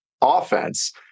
offense